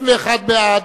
בעד,